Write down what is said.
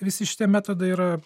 visi šitie metodai yra